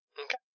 Okay